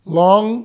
long